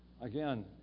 again